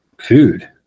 food